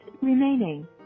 remaining